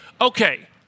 okay